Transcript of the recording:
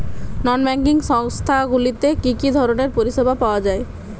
নন banking সংস্থা গুলিতে কি কি ধরনের পরিসেবা পাওয়া য়ায়?